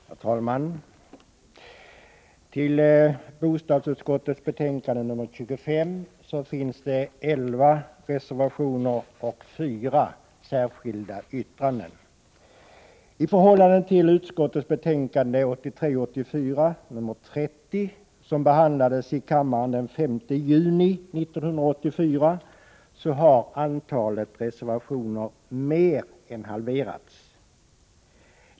Herr talman! Till bostadsutskottets betänkande nr 25 har fogats elva reservationer och fyra särskilda yttranden. I förhållande till utskottets betänkande 1983/84:30, som behandlades i kammaren den 5 juni 1984, har antalet reservationer mer än halverats.